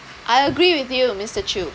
I agree with you mister chew